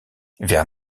vers